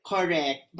Correct